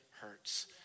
hurts